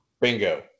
Bingo